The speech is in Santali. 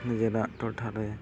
ᱱᱤᱡᱮᱨᱟᱜ ᱴᱚᱴᱷᱟᱨᱮ